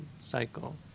cycle